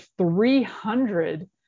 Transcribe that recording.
300